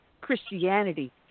Christianity